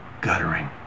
guttering